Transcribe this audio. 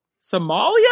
Somalia